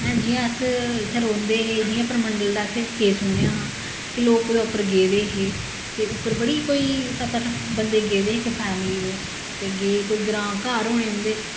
हून जियां अस इत्थे रौंहदे है जियां परमंडल असें केस सुनेआ हा कि लोक कुतै उप्पर गेदे हे ते उप्पर कोई सत्त अट्ठ बंदे गेदे हे फैमली दे ते गे कोई ग्रां घार होने उंदे